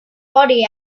body